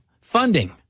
funding